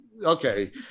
okay